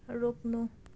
रोक्नु